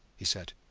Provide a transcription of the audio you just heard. he said,